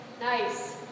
Nice